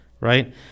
Right